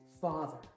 Father